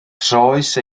troes